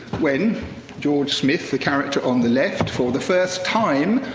when george smith, the character on the left, for the first time.